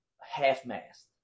half-mast